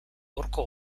horko